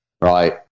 right